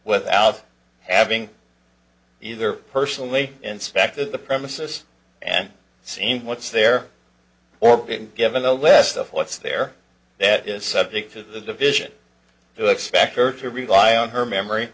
without having either personally inspected the premises and seen what's there or been given the lest of what's there that is subject to the division to expect her to rely on her memory